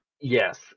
Yes